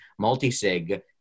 multisig